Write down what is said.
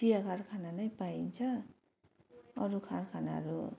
चिया कारखाना नै पाइन्छ अरू कारखानाहरू